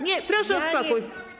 Nie, proszę o spokój.